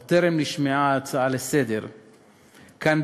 עוד טרם נשמעה ההצעה לסדר-היום כאן,